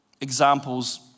examples